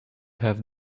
have